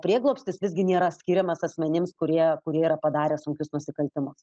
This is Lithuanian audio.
prieglobstis visgi nėra skiriamas asmenims kurie kurie yra padarę sunkius nusikaltimus